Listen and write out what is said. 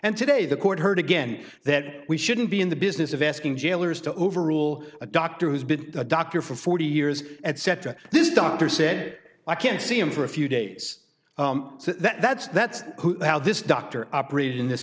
and today the court heard again that we shouldn't be in the business of asking jailers to overrule a doctor who's been a doctor for forty years etc this doctor said i can't see him for a few days so that's that's how this doctor operated in this